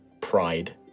pride